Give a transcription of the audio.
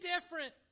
different